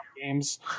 games